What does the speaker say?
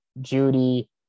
Judy